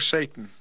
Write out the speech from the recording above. Satan